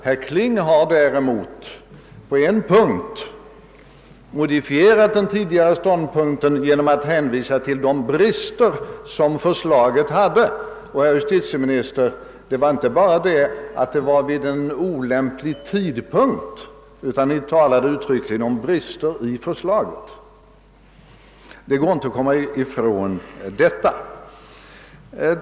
Herr Kling har däremot i ett avseende modifierat den tidigare intagna ståndpunkten genom att hänvisa till de brister som förslaget var behäftat med. Och, herr justitieminister, det var inte bara det felet att förslaget framlades vid en olämplig tidpunkt, utan ni talade också om vissa brister i förslaget. Det går inte att komma ifrån detta.